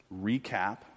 recap